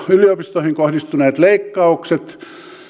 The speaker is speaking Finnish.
yliopistoihin kohdistuneet leikkaukset